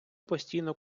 постійно